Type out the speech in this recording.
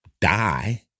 die